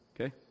Okay